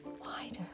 wider